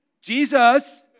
Jesus